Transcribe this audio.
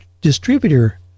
distributor